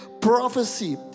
prophecy